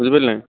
বুজি পালি নাই